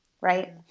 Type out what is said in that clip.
right